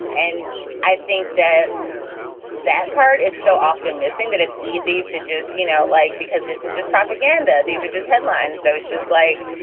and i think that that part is so often missing that it's easy to just you know like because this is just propaganda. these are just headlines. so it's just like,